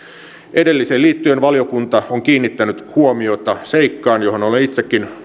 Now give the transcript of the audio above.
edelliseen liittyen valiokunta on kiinnittänyt huomiota seikkaan johon olen itsekin